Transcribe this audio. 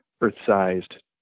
Earth-sized